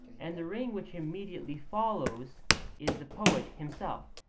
and the ring which immediately follows is the poet himself